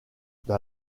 dans